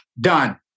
done